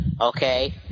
Okay